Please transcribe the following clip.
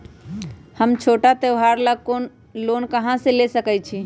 हम छोटा त्योहार ला लोन कहां से ले सकई छी?